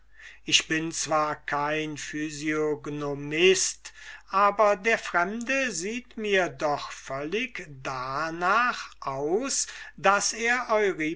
ich bin zwar kein physiognomiste aber der fremde sieht mir doch völlig darnach aus daß er